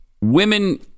Women